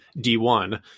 D1